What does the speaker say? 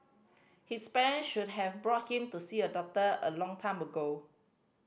his parent should have brought him to see a doctor a long time ago